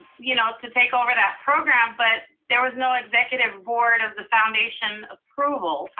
you know to take over that program, but there was no executive board of the foundation approval.